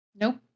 Nope